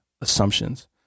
assumptions